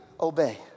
obey